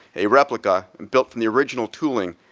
a replica, built from the original tooling,